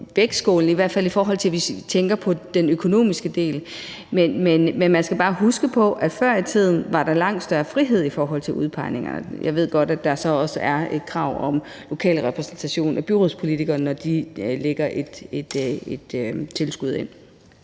vægtskålen, i hvert fald hvis vi tænker på den økonomiske del. Men man skal bare huske på, at der før i tiden var langt større frihed i forhold til udpegningerne. Jeg ved godt, at der så også er et krav om lokal repræsentation af byrådspolitikere, når de lægger et tilskud ind.